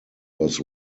was